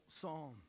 psalm